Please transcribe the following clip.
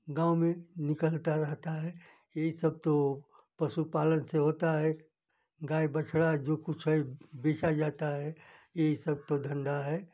गाँव में निकलता रहता है यही सब तो पशु पालन से होता है गाय बछड़ा जो कुछ है बेचा जाता है यही सब तो धंधा है